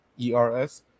ERS